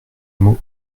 mot